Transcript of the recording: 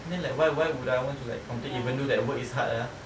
then like why why would I want to like complain even though that work is hard ah